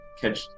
catch